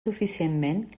suficientment